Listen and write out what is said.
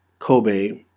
Kobe